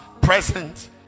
present